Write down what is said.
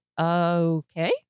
okay